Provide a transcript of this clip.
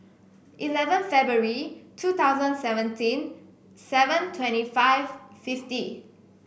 eleven February two thousand seventeen seven twenty five fifty